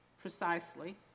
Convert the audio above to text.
precisely